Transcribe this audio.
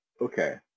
okay